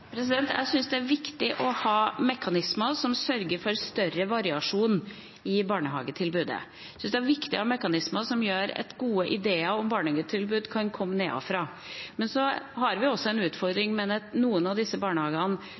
Jeg syns det er viktig å ha mekanismer som sørger for større variasjon i barnehagetilbudet. Jeg syns det er viktig å ha mekanismer som gjør at gode ideer om barnehagetilbud kan komme nedenfra. Men vi har en utfordring med at noen av disse barnehagene